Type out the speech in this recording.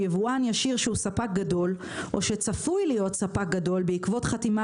יבואן ישיר שהוא ספק גדול או שצפוי להיות ספק גדול בעקבות חתימה